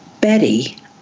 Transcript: Betty